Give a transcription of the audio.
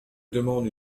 demande